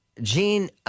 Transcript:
Gene